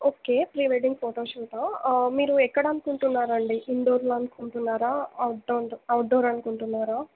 okay pre wedding photo షూటా మీరు ఎక్కడ అనుకుంటున్నారండి ఇండోర్లో అనుకుంటున్నారా అవుట్డోంట్ అవుట్డోర్ అనుకుంటున్నారా